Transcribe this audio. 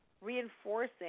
reinforcing